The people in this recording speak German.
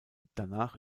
danach